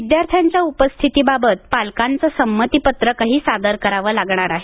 विद्यार्थ्यांच्या उपस्थितीबाबत पालकांचं संमतीपत्रकही सादर करावं लागणार आहे